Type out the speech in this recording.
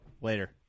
Later